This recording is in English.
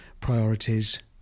priorities